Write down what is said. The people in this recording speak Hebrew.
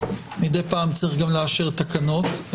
מדי פעם צריך גם לאשר תקנות.